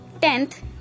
Tenth